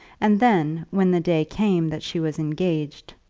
and then, when the day came that she was engaged,